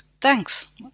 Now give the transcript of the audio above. Thanks